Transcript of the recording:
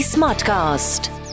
Smartcast